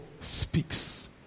speaks